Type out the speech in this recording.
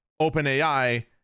OpenAI